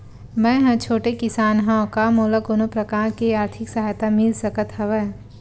मै ह छोटे किसान हंव का मोला कोनो प्रकार के आर्थिक सहायता मिल सकत हवय?